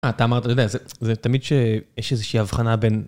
אתה אמרת, אתה יודע, זה... תמיד שיש איזושהי הבחנה בין...